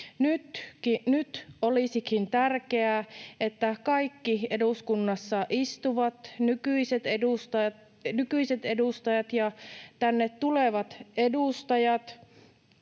Nyt olisikin tärkeää, että kaikki eduskunnassa istuvat nykyiset edustajat ja tänne tulevat edustajat